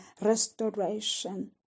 restoration